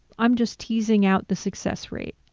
i'm just teasing out the success rate.